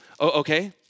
okay